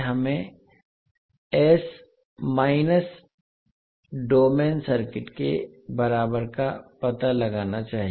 हमें s minus domain circuit के बराबर का पता लगाना चाहिए